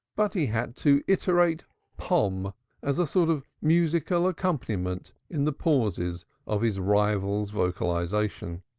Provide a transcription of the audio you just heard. but he had to iterate pom as a sort of musical accompaniment in the pauses of his rival's vocalization.